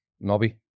Nobby